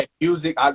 music